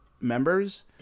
members